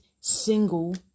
single